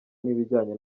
n’ibijyanye